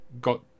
got